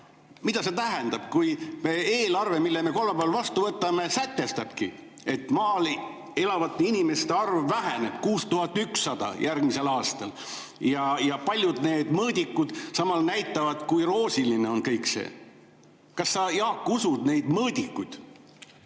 mida see tähendab, kui me eelarve, mille me kolmapäeval vastu võtame, sätestabki, et maal elavate inimeste arv väheneb 6100 võrra järgmisel aastal? Ja samas paljud mõõdikud näitavad, kui roosiline on kõik? Kas sa, Jaak, usud neid mõõdikuid?